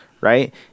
right